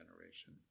generation